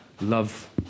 Love